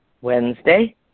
Wednesday